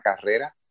carrera